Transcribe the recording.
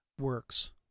works